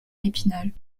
épinal